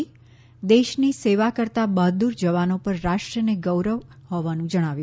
દેશની સેવા કરતા બહાદુર જવાનો પર રાષ્ર ને ગર્વ હોવાનું જણાવ્યું